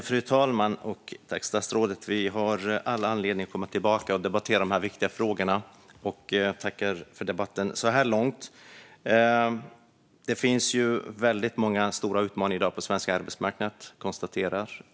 Fru talman! Vi har all anledning att komma tillbaka och debattera dessa viktiga frågor igen, men jag tackar för debatten så här långt. Det finns stora utmaningar på svensk arbetsmarknad.